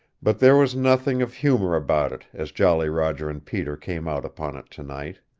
but there was nothing of humor about it as jolly roger and peter came out upon it tonight.